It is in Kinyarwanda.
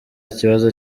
kibazo